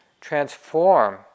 transform